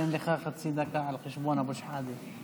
אתן לך חצי דקה על חשבון אבו שחאדה.